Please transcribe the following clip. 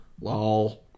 LOL